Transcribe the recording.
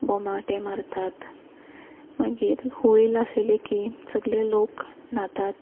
बोमाडे मारतात मागीर होळी लासयले की सगळे लोक न्हातात